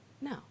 no